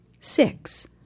Six